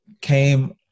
came